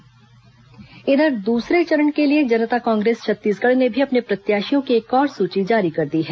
जकांछ प्रत्याशी सूची इधर दूसरे चरण के लिए जनता कांग्रेस छत्तीसगढ़ ने भी अपने प्रत्याशियों की एक और सूची जारी कर दी है